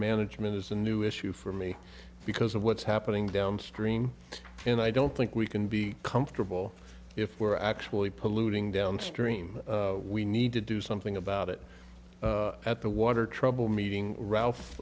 management is a new issue for me because of what's happening downstream and i don't think we can be comfortable if we're actually polluting downstream we need to do something about it at the water trouble meeting ralph